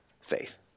faith